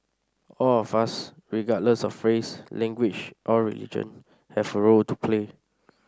all of us regardless of race language or religion have a role to play